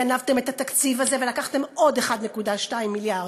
גנבתם את התקציב הזה ולקחתם עוד 1.2 מיליארד.